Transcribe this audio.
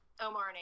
Omar